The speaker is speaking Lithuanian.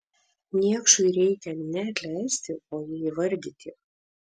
niekšui reikia ne atleisti o jį įvardyti